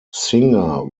singer